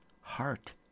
heart